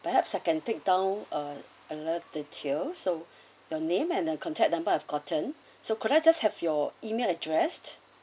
perhaps I can take down uh another detail so your name and contact number I've gotten so could I just have your email address